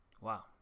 Wow